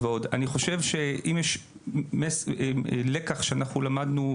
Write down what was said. אם יש לקח שלמדנו,